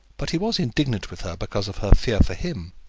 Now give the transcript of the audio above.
but he was indignant with her because of her fear for him.